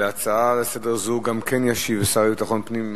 גם להצעה לסדר זו ישיב השר לביטחון פנים,